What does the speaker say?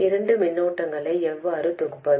இரண்டு மின்னோட்டங்களை எவ்வாறு தொகுப்பது